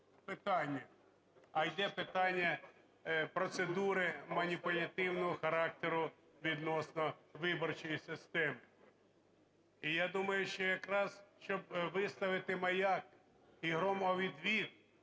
а йде питання процедури маніпулятивного характеру відносно виборчої системи. І я думаю, що якраз щоб виставити "маяк" і "громовідвід"